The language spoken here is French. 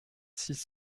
six